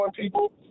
people